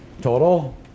total